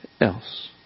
else